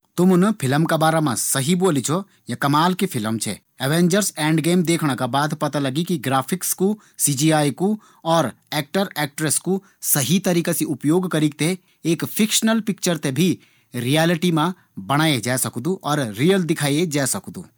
तुमुन फ़िल्म का बारम सही बोली छौ। या कमाल की फ़िल्म छै। ऐवेंजर एन्ड गेम देखणा का बाद पता लगी कि ग्राफिक्स कू, सीजीआयी कू और एक्टर, एक्ट्रेस कू सही तरीका से उपयोग करीक थें एक फिक्शनल पिक्चर थें भी रियेलिटी मा बणाये जै सकदु और रियल दिखाए जै सकदु।